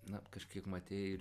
na kažkiek matei ir